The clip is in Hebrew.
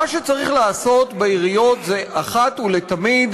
מה שצריך לעשות בעיריות זה להחליט אחת ולתמיד